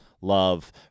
love